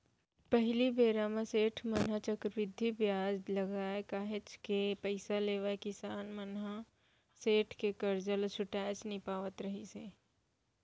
पहिली बेरा म सेठ मन ह चक्रबृद्धि बियाज लगाके काहेच के पइसा लेवय किसान मन ह सेठ के करजा ल छुटाएच नइ पावत रिहिस हे